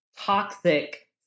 toxic